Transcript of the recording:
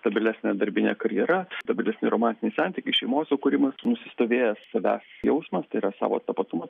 stabilesnė darbinė karjera stabilesni romantiniai santykiai šeimos sukūrimas nusistovėjęs savęs jausmas tai yra savo tapatumo